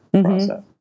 process